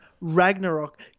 ragnarok